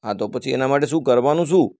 આ તો પછી એના માટે શું કરવાનુ શું